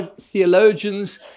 theologians